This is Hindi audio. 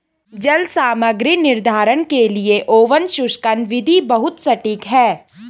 जल सामग्री निर्धारण के लिए ओवन शुष्कन विधि बहुत सटीक है